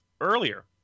earlier